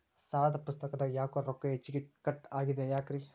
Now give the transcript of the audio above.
ಸಾಲದ ಪುಸ್ತಕದಾಗ ಯಾಕೊ ರೊಕ್ಕ ಹೆಚ್ಚಿಗಿ ಕಟ್ ಆಗೆದ ಯಾಕ್ರಿ?